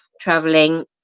traveling